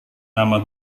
nama